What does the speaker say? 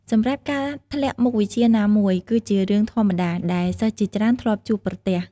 សម្រាប់ ការធ្លាក់មុខវិជ្ជាណាមួយ គឺជារឿងធម្មតាដែលសិស្សជាច្រើនធ្លាប់ជួបប្រទះ។